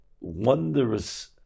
wondrous